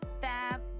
fab